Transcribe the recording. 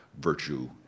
virtue